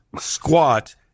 squat